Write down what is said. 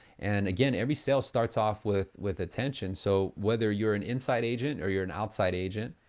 and again, every sale starts off with with attention so whether you're an inside agent, or you're an outside agent,